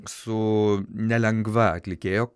su nelengva atlikėjo